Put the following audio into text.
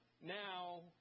now